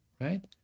right